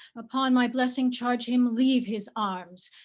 upon my blessing charge him leave his arms,